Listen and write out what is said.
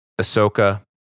Ahsoka